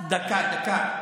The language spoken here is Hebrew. דקה, דקה.